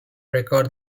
record